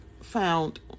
found